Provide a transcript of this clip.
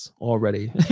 already